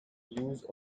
use